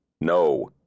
No